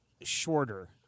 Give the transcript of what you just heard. shorter